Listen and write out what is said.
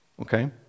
Okay